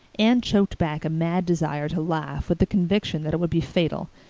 anne choked back a mad desire to laugh with the conviction that it would be fatal,